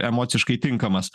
emociškai tinkamas